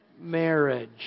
marriage